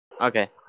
Okay